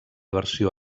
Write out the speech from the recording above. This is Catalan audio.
versió